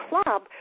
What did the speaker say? club